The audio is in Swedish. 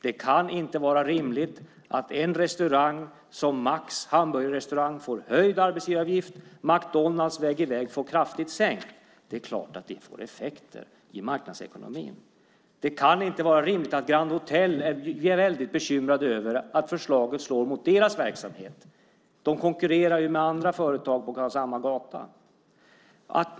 Det kan inte vara rimligt att en restaurang som Max hamburgerrestaurang får höjd arbetsgivaravgift när McDonalds vägg i vägg får kraftigt sänkt. Det är klart att det får effekter i marknadsekonomin. Det kan inte vara rimligt att Grand Hôtel är bekymrat över att förslaget slår mot dess verksamhet. Hotellet konkurrerar ju med andra företag på samma gata.